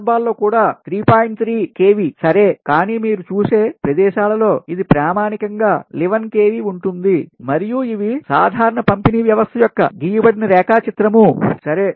3 kV సరే కాని మీరు చూసే ప్రదేశాలలో ఇది ప్రామాణికంగా 11 kV ఉంటుంది మరియు ఇవి సాధారణ పంపిణీ వ్యవస్థ యొక్క గీయబడిన రేఖాచిత్రం సరే